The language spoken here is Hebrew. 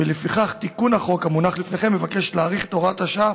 ולפיכך תיקון החוק המונח לפניכם מבקש להאריך את הוראת השעה